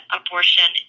abortion